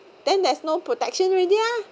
then there's no protection already ah